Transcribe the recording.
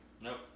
Nope